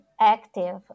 active